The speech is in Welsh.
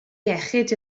iechyd